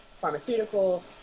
pharmaceutical